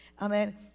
Amen